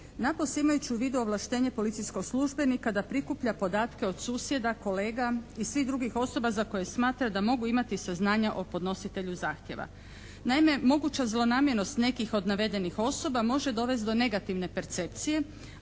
napose imajući u vidu ovlaštenje policijskog službenika da prikuplja podatke od susjeda, kolega i svih drugih osoba za koje smatra da mogu imati saznanja o podnositelju zahtjeva. Naime, moguća zlonamjenost nekih od navedenih osoba može dovesti do negativne percepcije,